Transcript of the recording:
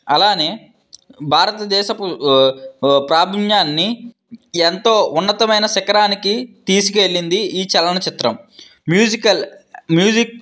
అలానే భారత దేశపు ప్రాబల్యాన్ని ఎంతో ఉన్నతమైన శిఖరానికి తీసుకెళ్ళింది ఈ చలనచిత్రం మ్యూజికల్ మ్యూజిక్